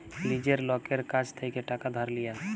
লীজের লকের কাছ থ্যাইকে টাকা ধার লিয়া